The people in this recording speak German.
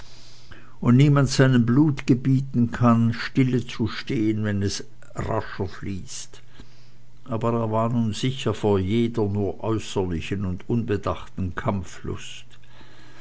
und niemand seinem blut gebieten kann stillezustehn wenn es rascher fließt aber er war nun sicher vor jeder nur äußerlichen und unbedachten kampflust